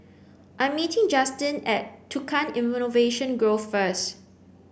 I am meeting Justine at Tukang Innovation Grove first